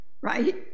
right